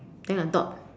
then I thought